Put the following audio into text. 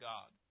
God